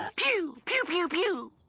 ah p-yew! p-yew! p-yew! p-yew!